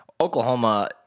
Oklahoma